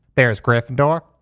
there's gryffindor.